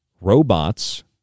robots